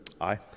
Aye